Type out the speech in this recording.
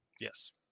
Yes